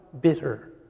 bitter